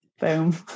Boom